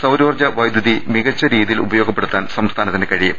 സൌരോർജ്ജ വൈദ്യുതി മികച്ച രീതിയിൽ ഉപയോഗപ്പെടുത്താൻ സംസ്ഥാനത്തിന് കഴിയും